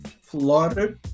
Florida